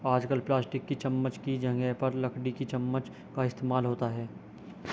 आजकल प्लास्टिक की चमच्च की जगह पर लकड़ी की चमच्च का इस्तेमाल होता है